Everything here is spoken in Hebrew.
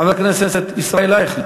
חבר הכנסת ישראל אייכלר,